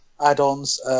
add-ons